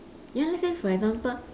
ya let's say for example